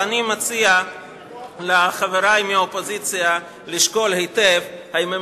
ואני מציע לחברי מהאופוזיציה לשקול היטב אם הם